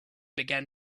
began